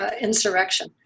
Insurrection